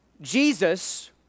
Jesus